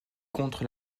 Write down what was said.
contre